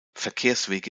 verkehrswege